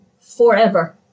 forever